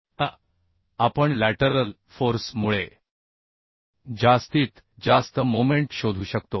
आता आपण lateral force मुळे जास्तीत जास्त मोमेंट शोधू शकतो